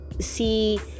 see